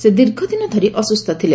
ସେ ଦୀର୍ଘଦିନ ଧରି ଅସୁସ୍ଥ ଥିଲେ